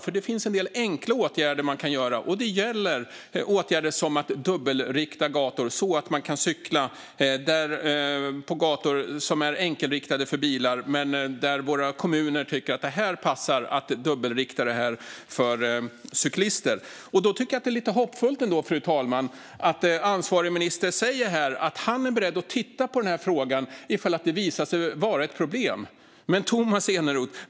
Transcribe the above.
Det finns nämligen en del enkla åtgärder som kommunerna kan göra - till exempel dubbelrikta gator som är enkelriktade för bilar så att man kan cykla där. Därför är det lite hoppfullt, fru talman, att ansvarig minister säger att han är beredd att titta på frågan om det visar sig vara ett problem. Tomas Eneroth!